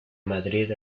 madrid